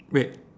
wait